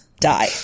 die